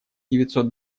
девятьсот